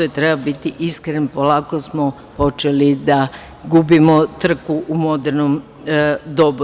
Treba biti iskren, polako smo počeli da gubimo trku u modernom dobu.